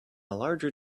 larger